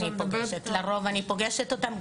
לרוב אני פוגשת אותן,